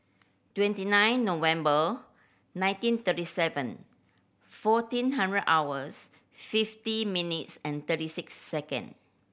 twenty nine November nineteen thirty seven fourteen hundred hours fifty minutes and thirty six second